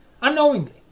unknowingly